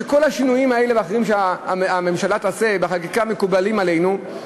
וכל השינויים שהממשלה תעשה בחקיקה מקובלים עלינו,